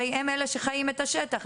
הרי הם אלה שחיים את השטח.